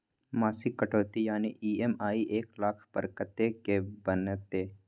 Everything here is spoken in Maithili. मासिक कटौती यानी ई.एम.आई एक लाख पर कत्ते के बनते?